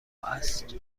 است